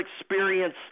experience